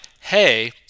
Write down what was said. hey